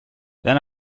then